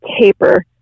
taper